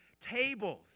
tables